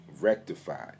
rectified